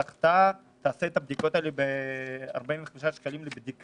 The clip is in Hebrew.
שזכתה תעשה את הבדיקות האלה בעלות של 45 ש"ח לבדיקה.